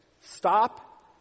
stop